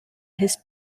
his